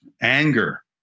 anger